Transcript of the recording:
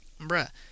bruh